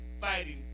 fighting